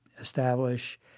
establish